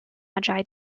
magi